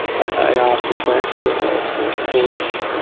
i asked the question of this polish,